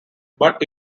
but